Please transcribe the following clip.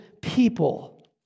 people